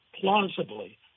plausibly